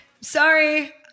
Sorry